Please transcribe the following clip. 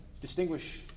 distinguish